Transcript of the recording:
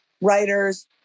writers